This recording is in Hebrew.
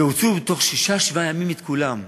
ותוך שישה-שבעה ימים הוציאו את כולם,